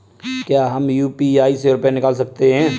क्या हम यू.पी.आई से रुपये निकाल सकते हैं?